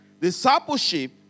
discipleship